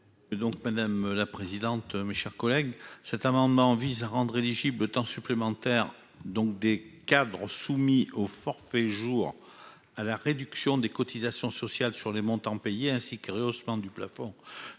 parole est à M. Daniel Chasseing. Cet amendement vise à rendre éligible le temps supplémentaire des cadres soumis au forfait jours à la réduction de cotisations sociales sur les montants payés, ainsi qu'au rehaussement du plafond